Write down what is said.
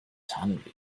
hungry